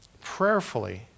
Prayerfully